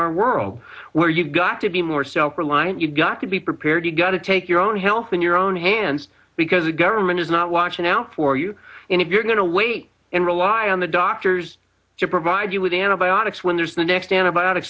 our world where you've got to be more self reliant you've got to be prepared you've got to take your own health in your own hands because the government is not watching out for you and if you're going to wait and rely on the doctors to provide you with antibiotics when there's the next